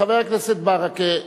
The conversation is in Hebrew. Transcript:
חבר הכנסת ברכה,